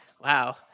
wow –